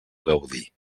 gaudir